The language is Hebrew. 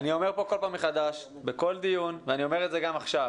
אני אומר כאן כל פעם בכל דיון ואני אומר את זה גם עכשיו,